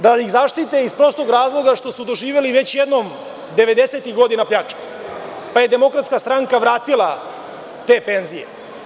Da ih zaštite iz prostog razloga što su doživeli već jednom 90-tih godina pljačku, pa je DS vratila te penzije.